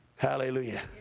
Hallelujah